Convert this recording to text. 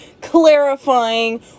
clarifying